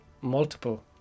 multiple